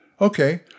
Okay